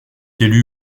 élu